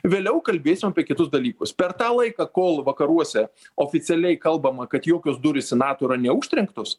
vėliau kalbėsim apie kitus dalykus per tą laiką kol vakaruose oficialiai kalbama kad jokios durys į nato yra neužtrenktos